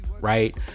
right